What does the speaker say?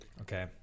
okay